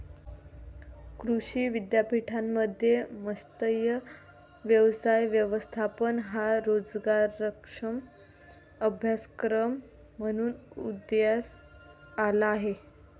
कृषी विद्यापीठांमध्ये मत्स्य व्यवसाय व्यवस्थापन हा रोजगारक्षम अभ्यासक्रम म्हणून उदयास आला आहे